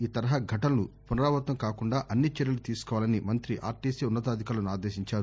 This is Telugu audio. ఈ తరహా ఘటలను పునరావృతం కాకుండా అన్ని చర్యలు తీసుకోవాలని మంత్రి ఆర్టీసి ఉన్నతాధికారులను ఆదేశించారు